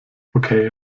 okay